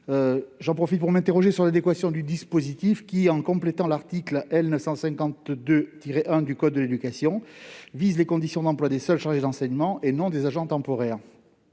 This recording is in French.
J'en profite pour m'interroger sur l'adéquation du dispositif, qui, en complétant l'article L. 952-1 du code de l'éducation, vise les conditions d'emploi des seuls chargés d'enseignement, et non celles des agents temporaires.